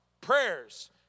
prayers